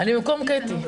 אני במקום קטי.